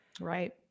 Right